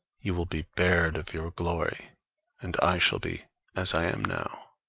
you will be bared of your glory and i shall be as i am now.